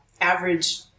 average